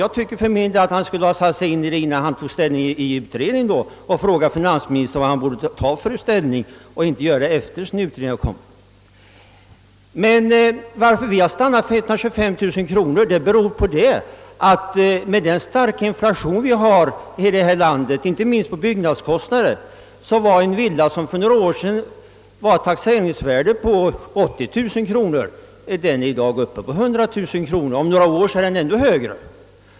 Jag tycker för min del att han i så fall innan han tog ställning inom utredningen skulle ha frågat finansministern vilken uppfattning denne hade — inte efter det att utredningens betänkande framlagts. Att vi stannat för att dra gränsen vid 125 000 kronor beror på att en villa, som för några år sedan hade ett taxeringsvärde på 80000 kronor, med den starka inflation vi har i vårt land inte minst beträffande byggnadskostnaderna nu är uppe i ett taxeringsvärde på 100 000 kronor och om några år kommer att ligga ännu högre.